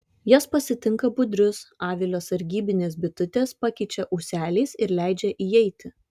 jas pasitinka budrius avilio sargybinės bitutės pakeičia ūseliais ir leidžia įeiti